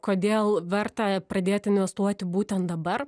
kodėl verta pradėt investuoti būtent dabar